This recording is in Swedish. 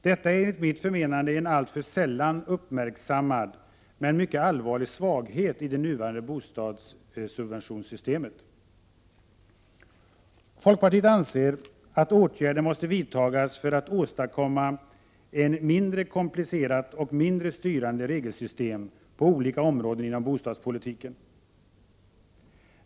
Detta är enligt mitt förmenande en alltför sällan uppmärksammad, men mycket allvarlig, svaghet i det nuvarande bostadssubventionssystemet. Folkpartiet anser att åtgärder måste vidtas för att man skall åstadkomma ett mindre komplicerat och mindre styrande regelsystem på olika områden inom bostadspolitiken.